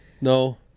No